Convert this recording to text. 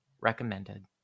recommended